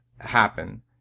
happen